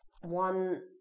one